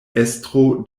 estro